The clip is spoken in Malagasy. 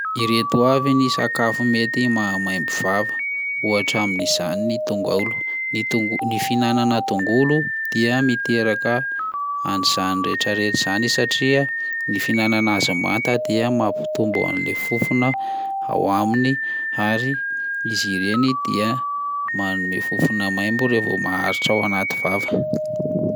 Ireto avy ny sakafo mety mahamaimbo vava: ohatra amin'izay ny tongolo, ny tongo- ny fihinanana tongolo dia miteraka an'izany rehetrarehetra zany satria ny fihinanana azy manta dia mampitombo an'le fofona ao aminy ary izy ireny dia manome fofona maimbo raha vao maharitra ao anaty vava.